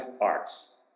arts